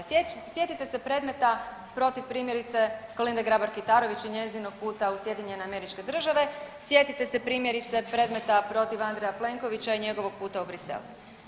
Sjetite se predmeta protiv, primjerice, Kolinde Grabar Kitarović i njezinog puta u SAD, sjetite se, primjerice, predmeta protiv Andreja Plenkovića i njegovog puta u Bruxelles.